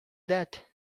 that